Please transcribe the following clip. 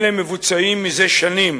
אלה מבוצעים זה שנים